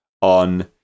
on